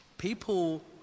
People